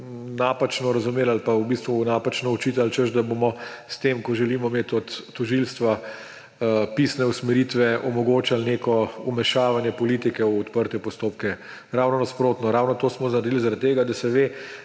napačno razumeli ali pa v bistvu napačno očitali, češ da bomo s tem, ko želimo imeti od tožilstva pisne usmeritve, omogočali neko vmešavanje politike v odprte postopke. Ravno nasprotno. To smo naredili zaradi tega, da se ve,